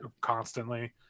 constantly